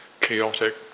chaotic